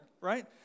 right